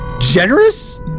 generous